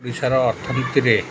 ଓଡ଼ିଶାର ଅର୍ଥନୀତିରେ